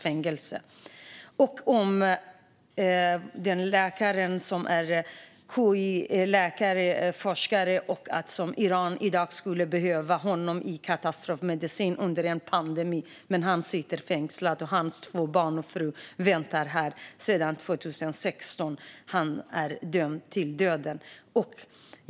Den läkare och KI-forskare jag nämner i interpellationen skulle Iran i dag behöva för katastrofmedicin under pandemin. Men han sitter fängslad, och hans två barn och fru väntar här sedan 2016. Han är dömd till döden.